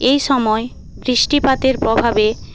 এই সময়ে বৃষ্টিপাতের প্রভাবে